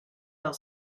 del